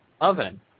oven